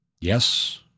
yes